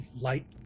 light